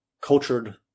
cultured